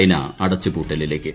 China അടച്ച് പൂട്ടലിലേക്ക്